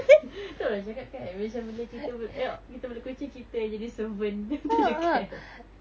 tu lah orang cakap kan macam bila kita bela kucing kita yang jadi servant to the cat